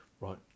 Right